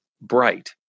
bright